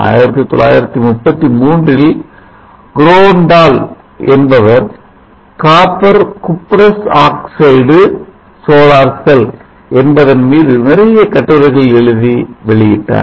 1933இல் Grondahl என்பவர் copper cuprous oxide solar cell என்பதன் மீது நிறைய கட்டுரைகள் எழுதி வெளியிட்டார்